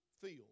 field